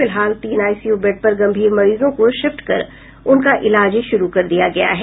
फिलहाल तीन ICU bed पर गंभीर मरीजों को शिफ्ट कर उनका इलाज शुरू कर दिया गया है